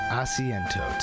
asiento